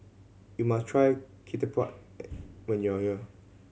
you must try ketupat when you are here